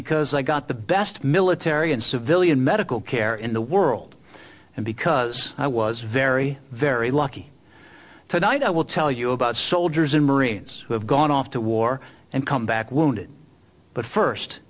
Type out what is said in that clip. because i got the best military and civilian medical care in the world and because i was very very lucky tonight i will tell you about soldiers and marines who have gone off to war and come b